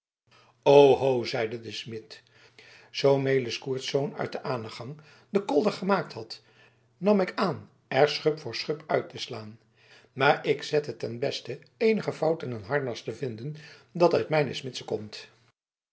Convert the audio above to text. zitten oho zeide de smid zoo melis courtz uit den anegang den kolder gemaakt had nam ik aan er schub voor schub uit te slaan maar ik zet het den besten eenige fout in een harnas te vinden dat uit mijne smidse komt